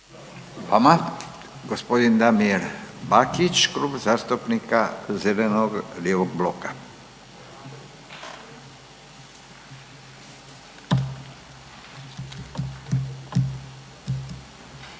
vama. G. Bakić, Klub zastupnika zeleno-lijevog bloka.